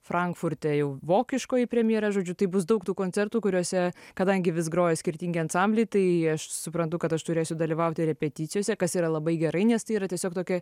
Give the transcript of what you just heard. frankfurte jau vokiškoji premjera žodžiu tai bus daug tų koncertų kuriuose kadangi vis groja skirtingi ansambliai tai aš suprantu kad aš turėsiu dalyvauti repeticijose kas yra labai gerai nes tai yra tiesiog tokia